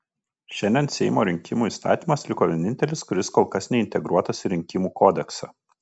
šiandien seimo rinkimų įstatymas liko vienintelis kuris kol kas neintegruotas į rinkimų kodeksą